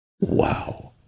wow